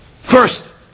first